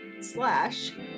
slash